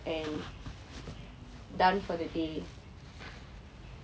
and done for the day